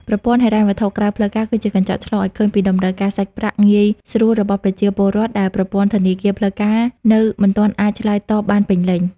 ប្រព័ន្ធហិរញ្ញវត្ថុក្រៅផ្លូវការគឺជា "កញ្ចក់ឆ្លុះ" ឱ្យឃើញពីតម្រូវការសាច់ប្រាក់ងាយស្រួលរបស់ប្រជាពលរដ្ឋ ដែលប្រព័ន្ធធនាគារផ្លូវការនៅមិនទាន់អាចឆ្លើយតបបានពេញលេញ។